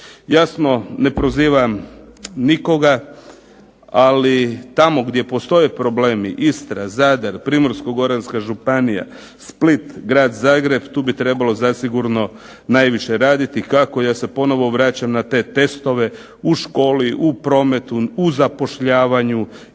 Jasno ne prozivam nikoga, ali tamo gdje postoje problemi Istra, Zadar, Primorsko-goranska županija, Split, Grad Zagreb, tu bi trebalo zasigurno najviše raditi. Kako? Ja se ponovo vraćam na te testove, u školi, u prometu, u zapošljavanju,